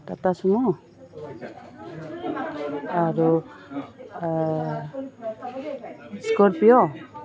Tata Sumo আৰু এই Scorpio